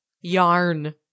Yarn